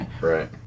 right